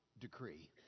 decree